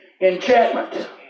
Enchantment